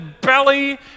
belly